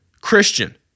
Christian